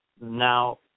now